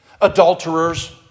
adulterers